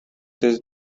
this